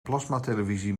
plasmatelevisie